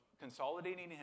consolidating